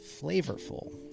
flavorful